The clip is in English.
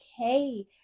okay